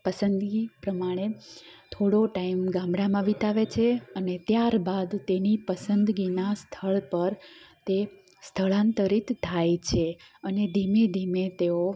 પસંદગી પ્રમાણે થોળો ટાઈમ ગામડામાં વિતાવે છે અને ત્યાર બાદ તેની પસંદગીના સ્થળ પર તે સ્થળાંતરીત થાય છે અને ધીમે ધીમે તેઓ